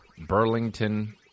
Burlington